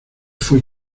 fue